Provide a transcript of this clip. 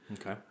Okay